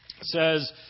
says